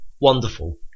wonderful